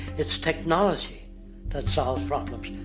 it's technology that solves problems,